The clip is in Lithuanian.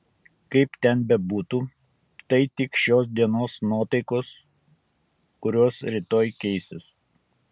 kaip ten bebūtų tai tik šios dienos nuotaikos kurios rytoj keisis